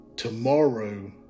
Tomorrow